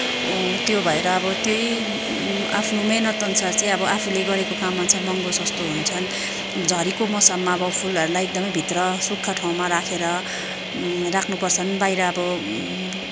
त्यो भएर अब त्यही आफ्नो मिहिनेत अनुसार चाहिँ आफूले गरेको काम अनुसार महँगो सस्तो हुन्छन् झरीको मौसममा अब फुलहरूलाई एकदमै भित्र सुक्खा ठाउँमा राखेर राख्नु पर्छन् बाहिर अब